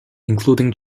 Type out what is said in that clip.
including